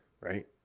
Right